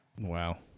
Wow